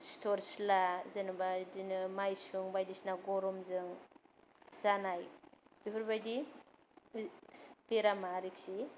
सिथर सिला जेन'बा बिदिनो मायसुं बायदिसिना गरमजों जानाय बेफोरबादि बेरामा आरोखि